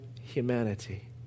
humanity